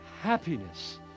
happiness